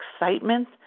excitement